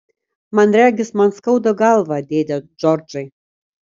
man regis man skauda galvą dėde džordžai